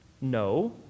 No